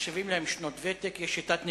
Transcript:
מחשיבים להם שנות ותק, ויש שיטת ניקוד.